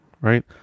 right